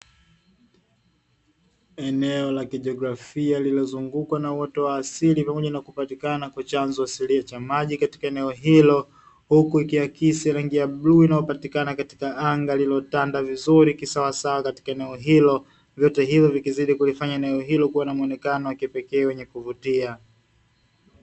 Eneo la kijiografia lililozungukwa na uoto asili, pamoja na kupatikana kwa chanzo asilia cha maji katika eneo hilo, huku ikiakisi rangi ya bluu inayopatikana katika anga lililotanda vizuri kisawasawa katika eneo hilo. Vyote hivyo vikizidi kulifanya eneo hilo kuwa na muonekano wa kipekee wenye kuvutia eneo.